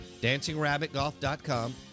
Dancingrabbitgolf.com